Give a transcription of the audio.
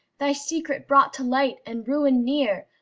thy secret brought to light, and ruin near,